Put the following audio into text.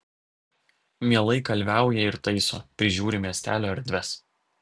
mielai kalviauja ir taiso prižiūri miestelio erdves